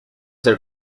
ser